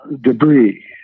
Debris